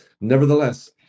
Nevertheless